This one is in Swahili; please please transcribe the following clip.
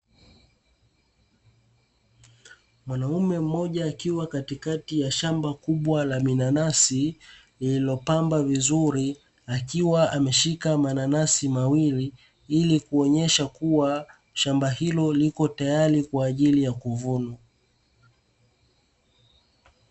Mwanaume mmoja akiwa katikati ya shamba kubwa la minanasi lililopamba vizuri akiwa ameshika mananasi mawili ili kuonyesha kuwa shamba hilo liko tayari kwa ajili ya kuvunwa.